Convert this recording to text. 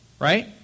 right